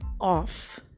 off